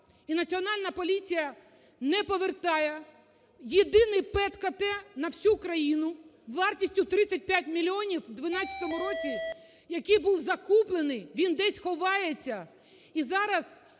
і Національна поліція не повертає, єдиний ПЕТ/КТ на всю Україну, вартістю 35 мільйонів, в 12 році який був закуплений, він десь ховається.